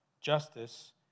justice